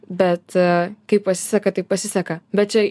bet kaip pasiseka taip pasiseka bet čia